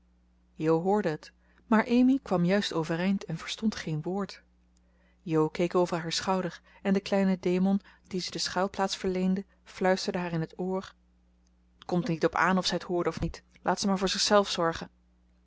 jo hoorde het maar amy kwam juist overeind en verstond geen woord jo keek over haar schouder en de kleine demon dien ze schuilplaats verleende fluisterde haar in t oor t komt er niet op aan of zij het hoorde of niet laat ze maar voor zichzelf zorgen